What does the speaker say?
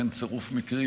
אכן צירוף מקרים,